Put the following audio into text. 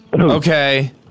Okay